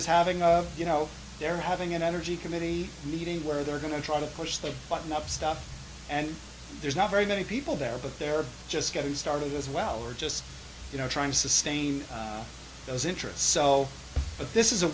is having a you know they're having an energy committee meeting where they're going to try to push the button up stuff and there's not very many people there but there just goes dark as well or just you know trying to sustain those interest so but this is a